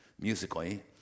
musically